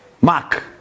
Mark